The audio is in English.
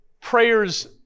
prayers